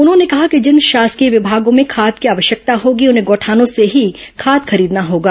उन्होंने कहा कि जिन शासकीय विभागों में खाद की आवश्यकता होगी उन्हें गौठानों से ही खाद खरीदना होगा